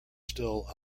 still